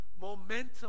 momentum